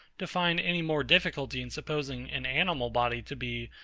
to find any more difficulty in supposing an animal body to be,